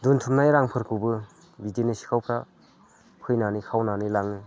दोनथुमनाय रांफोरखौबो बिदिनो सिखावफ्रा फैनानै खावनानै लाङो